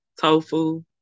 tofu